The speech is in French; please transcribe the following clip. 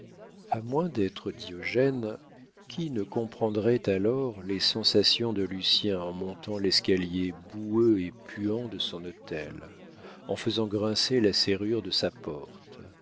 a moins d'être diogène qui ne comprendrait alors les sensations de lucien en montant l'escalier boueux et puant de son hôtel en faisant grincer la serrure de sa porte